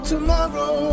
Tomorrow